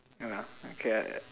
ya lah okay lah